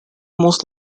most